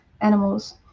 animals